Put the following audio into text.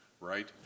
right